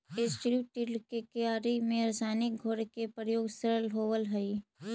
strip till के क्यारि में रसायनिक घोल के प्रयोग सरल होवऽ हई